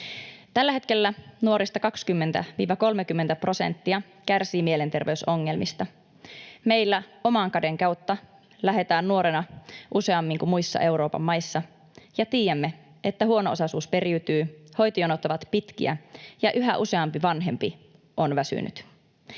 Tällä hetkellä nuorista 20—30 prosenttia kärsii mielenterveysongelmista. Meillä oman käden kautta lähdetään nuorena useammin kuin muissa Euroopan maissa, ja tiedämme, että huono-osaisuus periytyy, hoitojonot ovat pitkiä ja yhä useampi vanhempi on väsynyt.